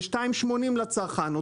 ל-2.80 לצרכן.